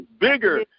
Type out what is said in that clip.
bigger